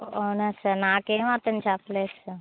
అవునా సార్ నేకేమి అతను చెప్పలేదు సార్